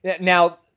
now